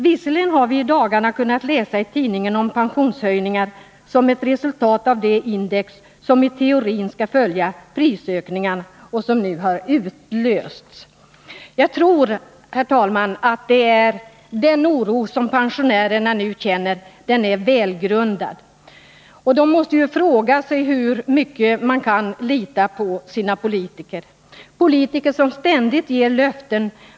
Visserligen har vi i dagarna kunnat läsa i tidningarna om pensionshöjningar som ett resultat av det index som i teorin skall följa prisökningarna och som nu har utlösts.” RE 3 —— Statsverksamheten, Jag tror, herr talman, att den oro som pensionärerna nu känner är mm m. välgrundad. De måste ju fråga sig hur mycket man kan lita på sina politiker. Det är politiker som ständigt ger löften.